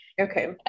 Okay